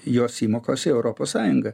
jos įmokos į europos sąjungą